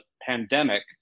pandemic